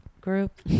group